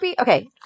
Okay